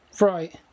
Right